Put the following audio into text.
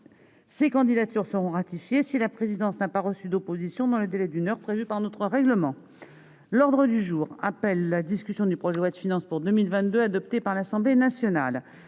Ces candidatures seront ratifiées, si la présidence n'a pas reçu d'opposition dans le délai d'une heure prévu par notre règlement. L'ordre du jour appelle la discussion du projet de loi de finances pour 2022, adopté par l'Assemblée nationale